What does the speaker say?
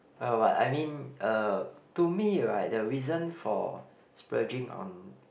well I mean uh to me right the reason for splurging on